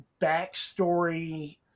backstory